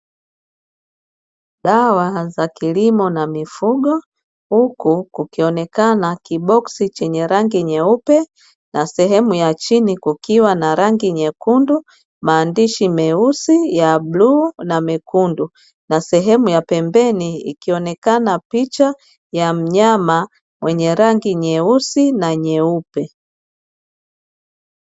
Dawa za kilimo na mifugo huku kukionekana kiboksi chenye rangi nyeupe na sehemu ya chini kukiwa na rangi nyekundu, maandishi meusi, ya bluu, na mekundu na sehemu ya pembeni ikionekana picha ya mnyama mwenye rangi nyeusi na nyeupe.